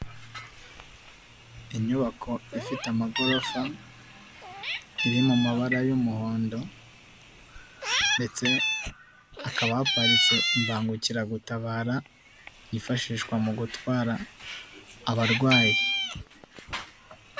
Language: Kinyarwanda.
Inyubako ifite amagorofa, iri mu mabara y'umuhondo ndetse hakaba haparitse Imbangukiragutabara, yifashishwa mu gutwara abarwayi.